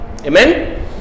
Amen